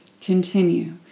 Continue